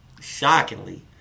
Shockingly